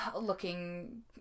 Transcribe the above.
looking